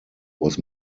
was